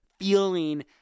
feeling